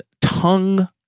tongue